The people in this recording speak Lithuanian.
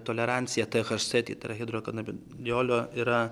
toleranciją thc tai tai yra hidrokanabidiolio yra